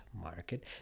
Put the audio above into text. market